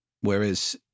whereas